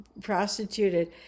prostituted